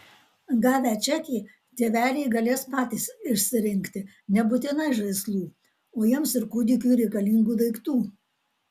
gavę čekį tėveliai galės patys išsirinkti nebūtinai žaislų o jiems ir kūdikiui reikalingų daiktų